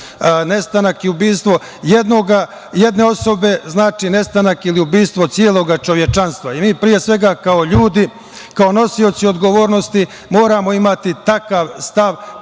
Nestanak i ubistvo jedne osobe, znači nestanak ili ubistvo celog čovečanstva i mi pre svega kao ljudi, kao nosioci odgovornosti moramo imati takav stav prema